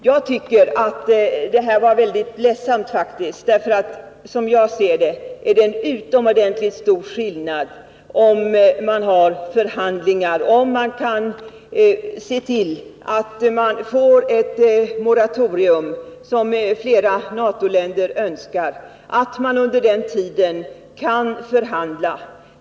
Jag tycker detta är ledsamt, för som jag ser det är det utomordentligt viktigt med förhandlingar före ett beslut. Man kan då, som flera NATO-länder önskar, få till stånd ett moratorium, och under tiden fram till beslutet kan man föra förhandlingar.